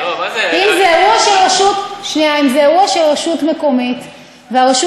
אם זה אירוע של רשות מקומית והרשות